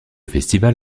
festival